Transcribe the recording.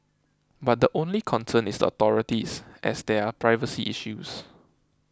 but the only concern is the authorities as there are privacy issues